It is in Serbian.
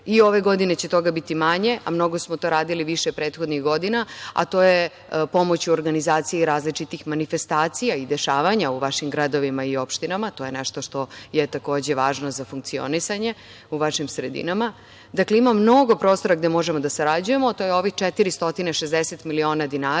u ovoj godini će toga biti manje, a mnogo smo to radili više prethodnih godina, a to je pomoć u organizaciji različitih manifestacija i dešavanja u vašim gradovima i opštinama. To je nešto što je, takođe, važno za funkcionisanje u vašim sredinama. Dakle, ima mnogo prostora gde možemo da sarađujemo. To je ovih 460 miliona dinara